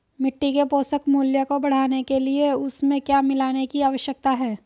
मिट्टी के पोषक मूल्य को बढ़ाने के लिए उसमें क्या मिलाने की आवश्यकता है?